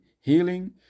healing